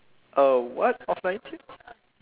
a what of nine tails